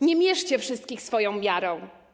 Nie mierzcie wszystkich swoją miarą.